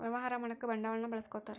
ವ್ಯವಹಾರ ಮಾಡಕ ಬಂಡವಾಳನ್ನ ಬಳಸ್ಕೊತಾರ